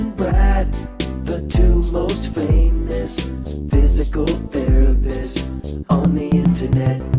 brad the two most famous physical therapists on the internet